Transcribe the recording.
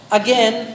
again